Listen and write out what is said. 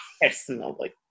personally